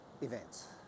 events